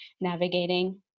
navigating